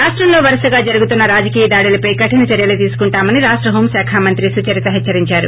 రాష్టంలో వరుసగా జరుగుతున్న రాజకీయ దాడులపే కఠిన చర్యలు తీస్తుకుంటామని రాష్ట హోం శాఖ మంత్రి సుచరిత హెచ్చరించారు